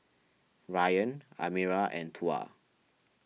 Ryan Amirah and Tuah